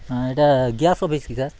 ହଁ ଏଇଟା gas office କି ସାର୍